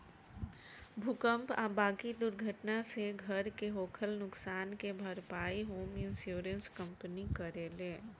भूकंप आ बाकी दुर्घटना से घर के होखल नुकसान के भारपाई होम इंश्योरेंस कंपनी करेले